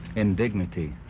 in dignity